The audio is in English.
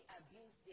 abuse